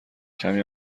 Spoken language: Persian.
کمی